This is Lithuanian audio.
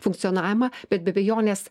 funkcionavimą bet be abejonės